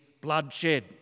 bloodshed